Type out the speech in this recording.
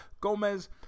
Gomez